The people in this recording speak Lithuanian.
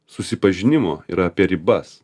susipažinimo yra apie ribas